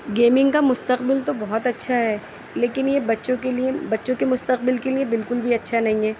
gaming کا مستقبل تو بہت اچھا ہے لیکن یہ بچوں کے لئے بچوں کے مستقبل کے لئے بالکل بھی اچھا نہیں ہے